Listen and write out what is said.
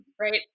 right